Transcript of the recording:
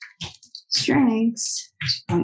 strengths